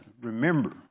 remember